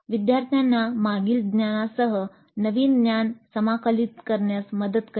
विद्यार्थ्यांना मागील ज्ञानासह नवीन ज्ञान समाकलित करण्यात मदत करते